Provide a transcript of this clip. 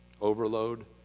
overload